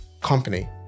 company